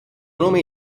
nome